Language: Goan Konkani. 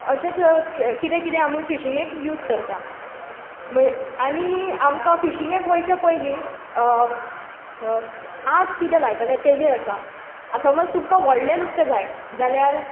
अशेंच कितें कितें फिशींगेक आमी यूज करतां आनी आमकां फिशींगेक वयचें पयलीं आसा कितें लायतलें ताजेर आसा समज तुमकां व्हडलें नुस्तें जाय जाल्यार